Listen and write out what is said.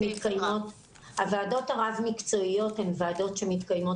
הוועדות הרב-מקצועיות הן ועדות שמתקיימות